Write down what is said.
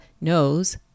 knows